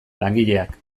langileak